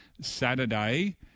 Saturday